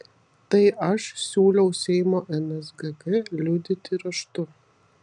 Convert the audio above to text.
tai aš siūliau seimo nsgk liudyti raštu